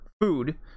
food